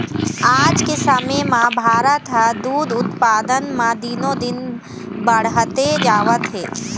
आज के समे म भारत ह दूद उत्पादन म दिनो दिन बाड़हते जावत हे